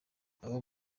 aho